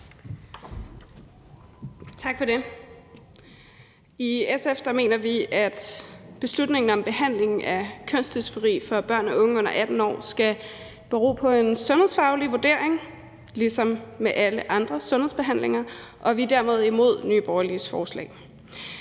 I SF mener vi, at beslutningen om behandlingen af kønsdysfori for børn og unge under 18 år skal bero på en sundhedsfaglig vurdering ligesom alle andre sundhedsbehandlinger, og vi er dermed imod Nye Borgerliges forslag.